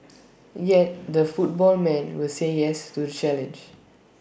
yet the football man will say yes to the challenge